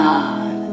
God